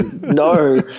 No